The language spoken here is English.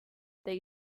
they